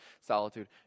solitude